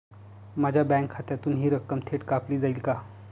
माझ्या बँक खात्यातून हि रक्कम थेट कापली जाईल का?